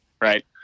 right